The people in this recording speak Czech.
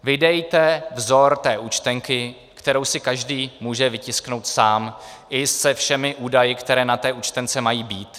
Vydejte vzor účtenky, kterou si každý může vytisknout sám i se všemi údaji, které na účtence mají být.